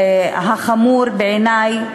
והחמור בעיני,